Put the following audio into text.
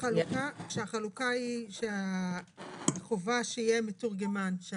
החלוקה היא שהחובה שיהיה מתורגמן מקצועי